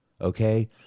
Okay